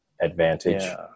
advantage